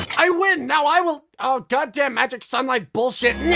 i win, now i will oh, goddamn magic sunlight bullshit and yeah